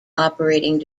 operating